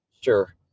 Sure